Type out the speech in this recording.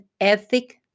ethic